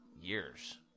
years